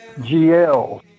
GL